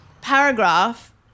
paragraph